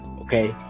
okay